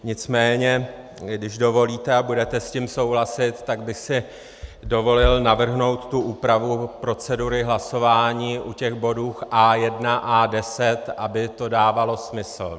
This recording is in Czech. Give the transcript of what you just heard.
Nicméně když dovolíte a budete s tím souhlasit, tak bych si dovolil navrhnout úpravu procedury hlasování u bodů A1, A10, aby to dávalo smysl.